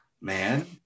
man